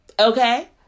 okay